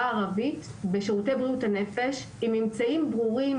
הערבית בשירותי בריאות הנפש עם אמצעים ברורים,